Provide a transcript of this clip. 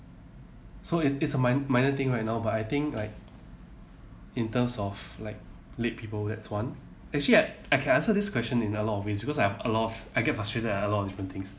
so it it's a minor minor thing right now but I think like in terms of like late people that's one actually I I can answer this question in a lot of ways because I have a lot I get frustrated at a lot of different things